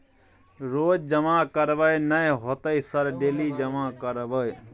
रोज जमा करबे नए होते सर डेली जमा करैबै?